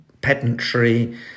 pedantry